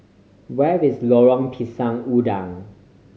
where is Lorong Pisang Udang